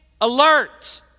alert